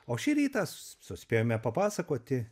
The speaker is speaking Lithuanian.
o šį rytą s suspėjome papasakoti